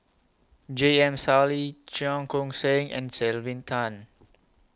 J M Sali Cheong Koon Seng and Tan